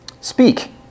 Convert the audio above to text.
Speak